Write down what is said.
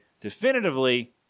definitively